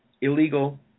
illegal